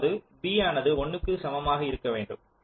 அதாவது b ஆனது 1 க்கு சமமாக இருக்க வேண்டும்